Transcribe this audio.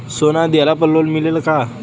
सोना दिहला पर लोन मिलेला का?